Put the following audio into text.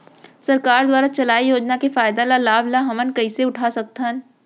सरकार दुवारा चलाये योजना के फायदा ल लाभ ल हमन कइसे उठा सकथन?